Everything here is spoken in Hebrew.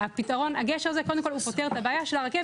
הפתרון הגשר הזה קודם כל פותר את הבעיה של הרכבת הקלה.